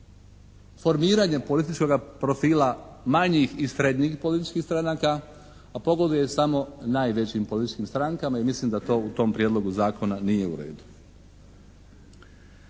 formiranje političkoga profila manjih i srednjih političkih stranaka, a pogoduje samo najvećim političkim strankama i mislim da to u tom Prijedlogu zakona nije u redu.